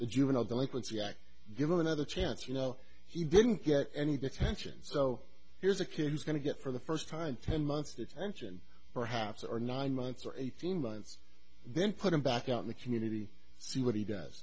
the juvenile delinquency act give him another chance you know he didn't get any of the attention so here's a kid who's going to get for the first time ten months detention perhaps or nine months or eighteen months then put him back out in the community see what he does